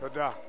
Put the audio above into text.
תודה.